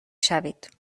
شوید